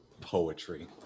poetry